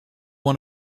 one